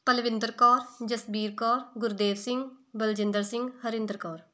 Palwinder Kaur Jasbir Kaur Gurdev Singh Baljinder Singh Harinder Kaur